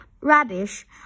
rubbish